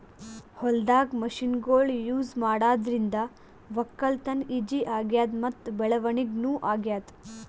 ಹೊಲ್ದಾಗ್ ಮಷಿನ್ಗೊಳ್ ಯೂಸ್ ಮಾಡಾದ್ರಿಂದ ವಕ್ಕಲತನ್ ಈಜಿ ಆಗ್ಯಾದ್ ಮತ್ತ್ ಬೆಳವಣಿಗ್ ನೂ ಆಗ್ಯಾದ್